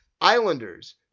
Islanders